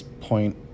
point